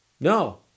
no